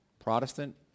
Protestant